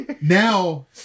Now